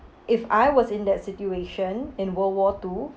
if I was in that situation in world war two